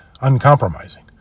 uncompromising